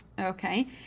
Okay